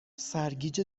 سرگیجه